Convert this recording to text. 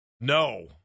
No